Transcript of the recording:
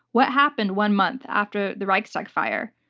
what happened one month after the reichstag fire?